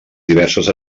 diverses